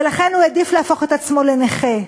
ולכן הוא העדיף להפוך את עצמו לנכה.